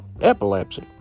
epilepsy